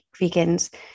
vegans